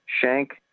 Shank